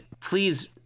please